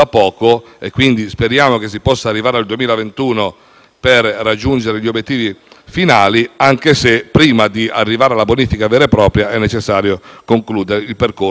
per raggiungere gli obiettivi finali, anche se prima di pervenire alla bonifica vera e propria è necessario concludere il percorso di messa in sicurezza. Lo dico